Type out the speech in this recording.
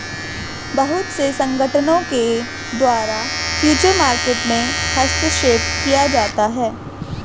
बहुत से संगठनों के द्वारा फ्यूचर मार्केट में हस्तक्षेप किया जाता है